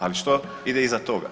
Ali što ide iza toga?